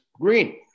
green